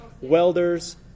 welders